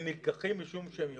הם נלקחים משום שהם יכולים.